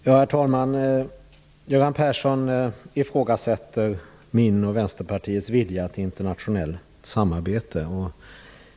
Herr talman! Göran Persson ifrågasätter min och Vänsterpartiets vilja till internationellt samarbete.